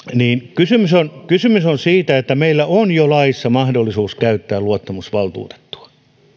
kysymys on kysymys on siitä että meillä on jo laissa mahdollisuus käyttää luottamusvaltuutettua